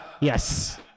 Yes